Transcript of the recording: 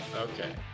okay